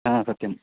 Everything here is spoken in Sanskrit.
हा सत्यम्